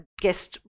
guest